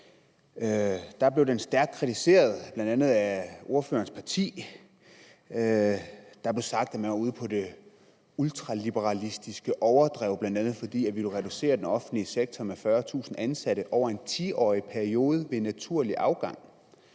blev de stærkt kritiseret bl.a. af ordførerens parti. Der blev sagt, at vi var ude på det ultraliberalistiske overdrev, bl.a. fordi vi ville reducere den offentlige sektor med 40.000 ansatte over en 10-årig periode ved naturlig afgang.